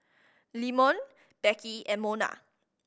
Leamon Beckie and Mona